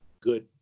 good